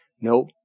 Nope